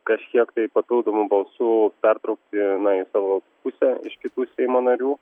kažkiek tai papildomų balsų pertraukti na į savo pusę kitų seimo narių